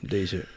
Deze